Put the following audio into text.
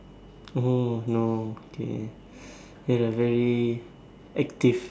oh no okay you had a very active